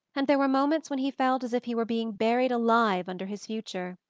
and there were moments when he felt as if he were being buried alive under his future.